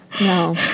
No